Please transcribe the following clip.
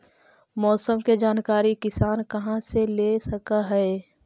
मौसम के जानकारी किसान कहा से ले सकै है?